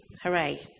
Hooray